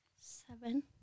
Seven